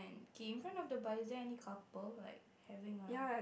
K in front of the bar is there any couple like having a